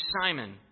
Simon